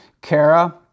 Kara